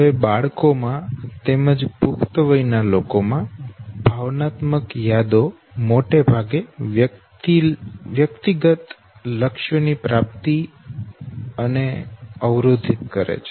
હવે બાળકોમાં તેમજ પુખ્ત વયના લોકોમાં ભાવનાત્મક યાદો મોટે ભાગે વ્યક્તિગત લક્ષ્યોની પ્રાપ્તિ અને અવરોધિત કરે છે